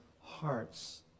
hearts